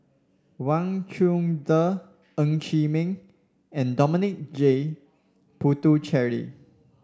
Wang Chunde Ng Chee Meng and Dominic J Puthucheary